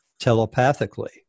telepathically